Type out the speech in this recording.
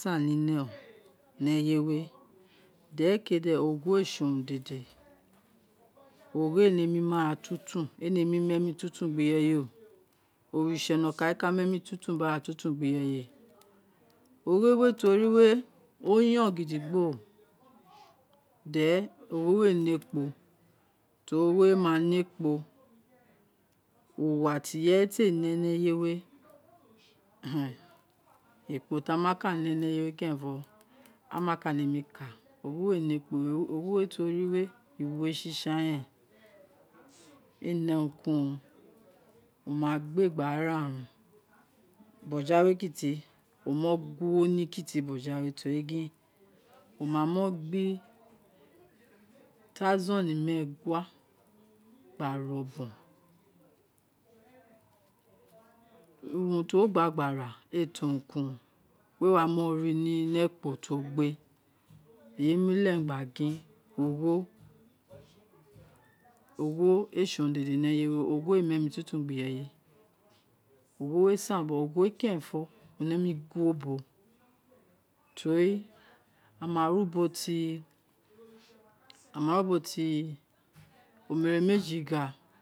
Ta ni ne ni eye we, dere kee de ogho ee se urun dede, ogho ee nemí mu aratuntun, ee ne mi mu emi tuntun gbe ireye oritse nokan owun re ka mu emi tuntun, biri aratuntun gbe ireye, ogho we ti wo ri we, ogho yon gidi gbo then, ogho we ee ne ekpo, reri ogho we ma ne ekpo, uwa ti ire ye te ne ni eye we ekpo ti aghan ma ka ne ni eye we kerenfo, a ma ka nemi ka, ogho ee ne ekpo, egbe ti wo ri we iwe sisan ren ene urun ki urun wo ma gbe e gba ra ra run bojoghawe kiti o mo guo ni kiti bojoghawe teri gin, wo ma mo gbe thousand mee gua gba re obon urun ti gba gba ra ee to urunki urun wee wa mo ri ni ekpo ti wo gbe eyi owun re leghe mi gba gin ogho, ogho ee se urun dede ni eye, ogho ee mu emi tuntun gbe ireye, ogho san but ogho kerenfo nemi guo ubo to ri ama wi ubo ti ubo ti emere meji gha.